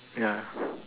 ya